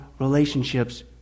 relationships